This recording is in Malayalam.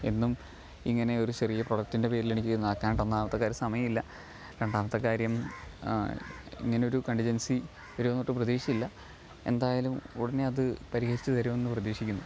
എന്നും ഇങ്ങനെയൊരു ചെറിയ പ്രൊഡക്റ്റിന്റെ പേരിലെനിക്ക് നടക്കാനായിട്ട് ഒന്നാമത്തെ കാര്യം സമയമില്ല രണ്ടാമത്തെ കാര്യം ഇങ്ങനൊരു കണ്ടിജന്സി വരുവെന്ന് ഒട്ടും പ്രതീക്ഷ ഇല്ല എന്തായാലും ഉടനെ അത് പരിഹരിച്ച് തരും എന്ന് പ്രതീക്ഷിക്കുന്നു